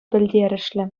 пӗлтерӗшлӗ